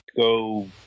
go